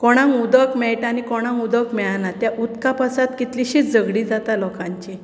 कोणाक उदक मेळटा आनी कोणाक उदक मेळना त्या उदकां पासत कितलींशींच झगडीं जातात लोकांची